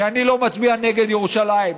כי אני לא מצביע נגד ירושלים.